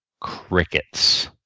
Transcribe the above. Crickets